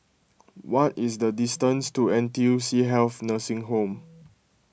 what is the distance to N T U C Health Nursing Home